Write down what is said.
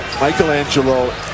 Michelangelo